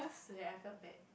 so ya I felt bad